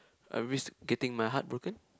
I risk getting my heart broken